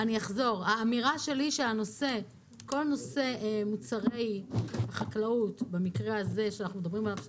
האמירה שלי היא שכל נושא מוצרי החקלאות שאנחנו מדברים עליו עכשיו,